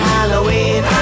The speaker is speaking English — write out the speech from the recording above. Halloween